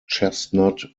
chestnut